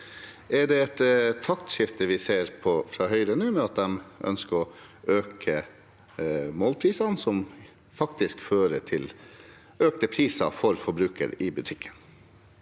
det et taktskifte vi ser fra Høyre nå, ved at de ønsker å øke målprisene, som faktisk fører til økte priser for forbrukerne i butikken?